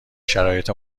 شرایط